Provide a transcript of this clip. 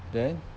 then